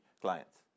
clients